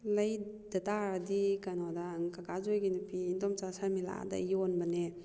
ꯂꯩꯗ ꯇꯥꯔꯗꯤ ꯀꯩꯅꯣꯗ ꯀꯀꯥ ꯖꯣꯏꯒꯤ ꯅꯨꯄꯤ ꯏꯗꯣꯝꯆꯥ ꯁꯔꯃꯤꯂꯥꯗ ꯌꯣꯟꯕꯅꯦ